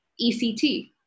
ECT